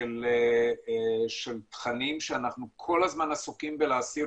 של תכנים שאנחנו כל הזמן עסוקים בלהסיר